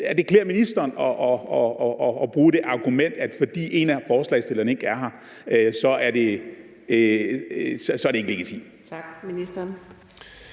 det klæder ministeren at bruge det argument, at fordi en af forslagsstillerne ikke er her, er det ikke legitimt. Kl. 15:33 Anden